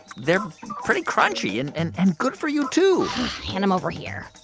they're pretty crunchy and and and good for you, too hand them over here.